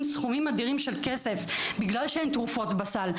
סכומים אדירים של כסף בגלל שאין תרופות בסל.